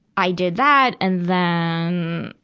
i did that. and then, um